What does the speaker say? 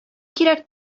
кирәк